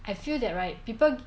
I feel that right people